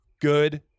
good